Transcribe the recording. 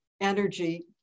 energy